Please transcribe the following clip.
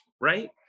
right